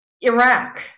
Iraq